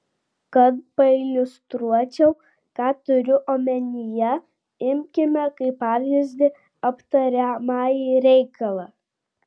kad pailiustruočiau ką turiu omenyje imkime kaip pavyzdį aptariamąjį reikalą